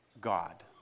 God